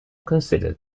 considered